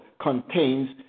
contains